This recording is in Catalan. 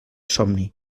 somni